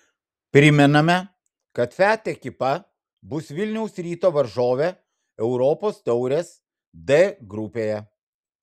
primename kad fiat ekipa bus vilniaus ryto varžovė europos taurės d grupėje